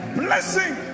blessing